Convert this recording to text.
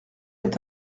est